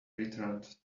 returned